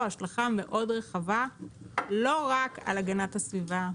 השלכה מאוד רחבה לא רק על הגנת הסביבה,